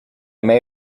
may